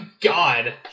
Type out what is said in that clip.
God